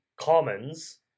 commons